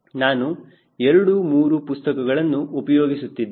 ನಾನು 2 3 ಪುಸ್ತಕಗಳನ್ನು ಉಪಯೋಗಿಸುತ್ತಿದ್ದೇನೆ